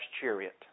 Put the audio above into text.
chariot